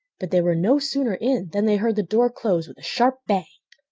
but they were no sooner in than they heard the door close with a sharp bang.